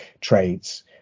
traits